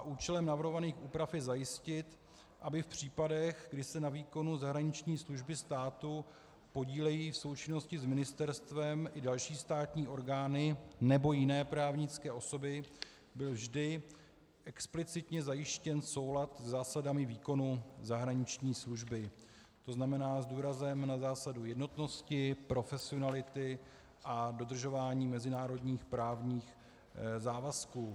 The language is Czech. Účelem navrhovaných úprav je zajistit, aby v případech, kdy se na výkonu zahraniční služby státu podílejí v součinnosti s ministerstvem i další státní orgány nebo jiné právnické osoby, byl vždy explicitně zajištěn soulad se zásadami výkonu zahraniční služby, to znamená s důrazem na zásadu jednotnosti, profesionality a dodržování mezinárodních právních závazků.